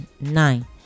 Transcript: nine